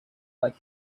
like